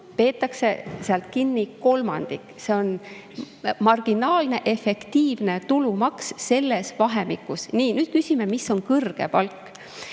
peetakse sealt kinni kolmandik. See on marginaalne efektiivne tulumaks selles vahemikus. Nii, nüüd küsime, mis on kõrge palk.